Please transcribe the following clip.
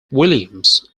williams